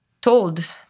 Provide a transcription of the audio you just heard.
told